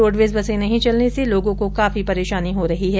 roadways बसें नहीं चलने से लोगों को काफी परेशानी हो रही है